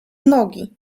nogi